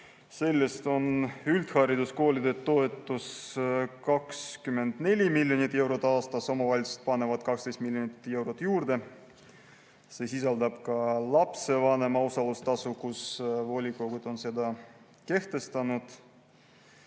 sellest on üldhariduskoolide toetus 24 miljonit eurot aastas, omavalitsused panevad 12 miljonit eurot juurde. See sisaldab ka lapsevanema osalustasu, kui volikogu on selle kehtestanud.